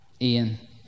Ian